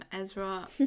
ezra